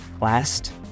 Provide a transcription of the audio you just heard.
last